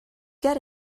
get